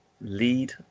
lead